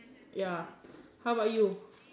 ya how about you